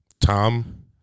Tom